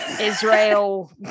Israel